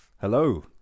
Hello